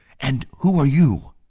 and who are you?